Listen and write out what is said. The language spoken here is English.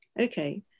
Okay